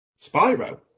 Spyro